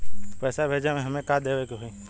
पैसा भेजे में हमे का का देवे के होई?